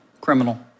Criminal